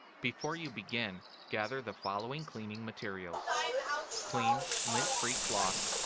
before you begin, gather the following cleaning materials clean, lint free cloth.